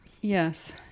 yes